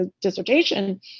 dissertation